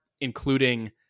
including